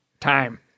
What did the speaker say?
time